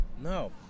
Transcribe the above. no